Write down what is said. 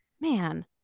Man